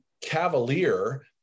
cavalier